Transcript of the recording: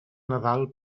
nadal